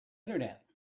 internet